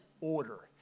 order